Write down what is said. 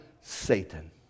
Satan